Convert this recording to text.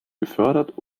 gefördert